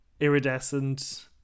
iridescent